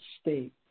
state